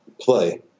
play